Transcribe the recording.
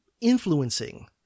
influencing